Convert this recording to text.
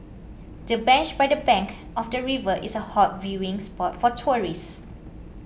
the bench by the bank of the river is a hot viewing spot for tourists